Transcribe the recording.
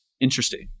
interesting